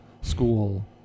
school